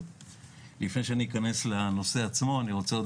לפני שאכנס לנושא עצמו אני רוצה עוד